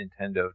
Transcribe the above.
Nintendo